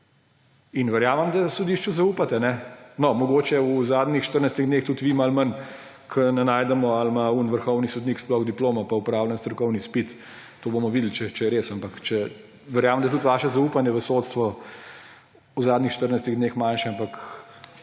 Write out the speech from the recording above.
In verjamem, da sodišču zaupate. No, mogoče v zadnjih 14 dneh tudi vi malo manj, ker ne najdemo, ali ima tisti vrhovni sodnik sploh diplomo pa opravljen strokovni izpit. To bomo videli, če je res. Verjamem, da je tudi vaše zaupanje v sodstvo v zadnjih 14 dneh manjše, ampak